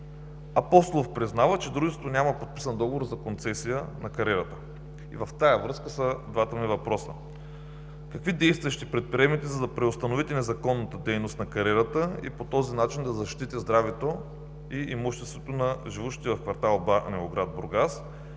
Апостолов признава, че дружеството няма подписан договор за концесия на кариерата. В тази връзка са двата ми въпроса: какви действия ще предприемете, за да преустановите незаконната дейност на кариерата и по този начин да защитите здравето и имуществото на живущите в кв. „Банево“, град Бургас?